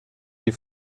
die